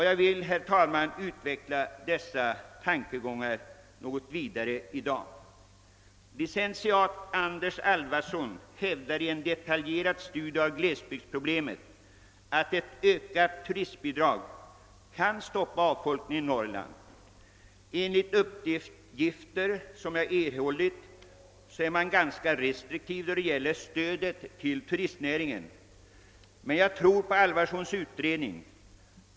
Jag vill, herr talman, utveckla dessa tankegångar något vidare i dag. Licentiat Anders Alvarsson hävdar i en detaljerad studie av glesbygdsproblemet att ett ökat turistbidrag kan stoppa avfolkningen av Norrland. Enligt uppgifter som jag erhållit är man ganska restriktiv då det gäller stödet till turistnäringen, men jag tror på Alvarssons utredning.